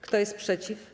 Kto jest przeciw?